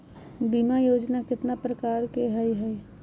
बीमा योजना केतना प्रकार के हई हई?